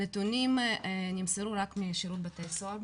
הנתונים נמסרו רק משירות בתי הסוהר,